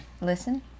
listen